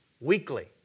weekly